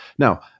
Now